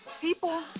people